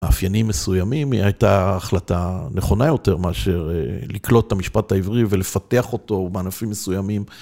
המאפיינים מסוימים הייתה החלטה נכונה יותר מאשר לקלוט את המשפט העברי ולפתח אותו בענפים מסוימים.